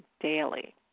daily